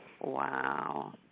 Wow